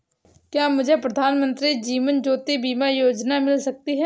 क्या मुझे प्रधानमंत्री जीवन ज्योति बीमा योजना मिल सकती है?